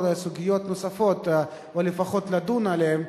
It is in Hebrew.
סוגיות נוספות או לפחות לדון עליהן,